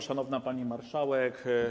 Szanowna Pani Marszałek!